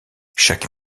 chaque